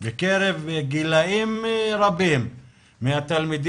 בקרב גילים רבים מהתלמידים